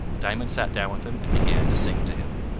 diamond sat down with him and began to sing to him.